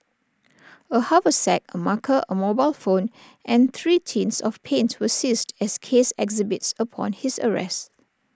A haversack A marker A mobile phone and three tins of paint were seized as case exhibits upon his arrest